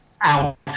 out